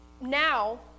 now